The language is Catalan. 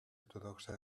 ortodoxa